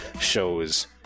shows